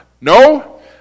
No